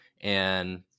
And-